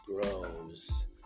grows